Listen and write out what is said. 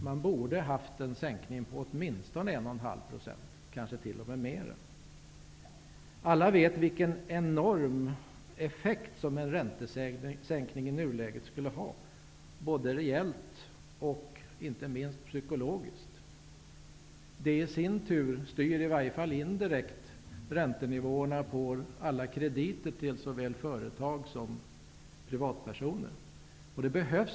Det borde ha blivit en sänkning på åtminstone 1,5 %, kanske t.o.m. mera. Alla vet vilken enorm effekt som en räntesänkning i nuläget skulle få reellt och inte minst psykologiskt. Det styr i sin tur indirekt räntenivåerna på alla krediter till såväl företag som privatpersoner.